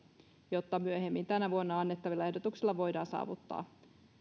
jotta myöhemmin tänä vuonna annettavilla ehdotuksilla voidaan saavuttaa